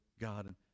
God